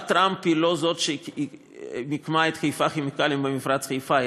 טראמפ היא שמיקמה את חיפה כימיקלים במפרץ חיפה.